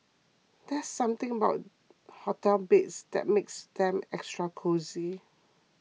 there's something about hotel beds that makes them extra cosy